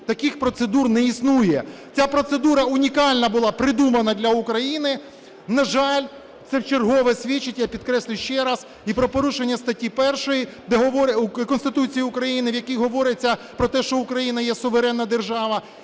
таких процедур не існує. Ця процедура унікальна була придумана для України. На жаль, це в чергове свідчить, я підкреслюю ще раз, і про порушення статті 1 Конституції України, в якій говориться про те, що Україна є суверенна держава,